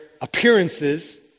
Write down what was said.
appearances